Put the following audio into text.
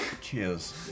Cheers